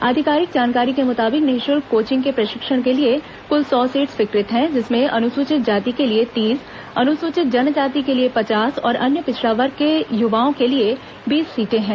आधिकारिक जानकारी के मुताबिक निःशुल्क कोचिंग के प्रशिक्षण के लिए कुल सौ सीट स्वीकृत हैं जिसमें अनुसूचित जाति के लिए तीस अनुसूचित जनजाति के लिए पचास और अन्य पिछड़ा वर्ग के युवाओं के लिए बीस सीटें हैं